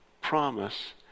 promise